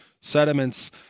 sediments